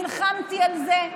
נלחמתי על זה,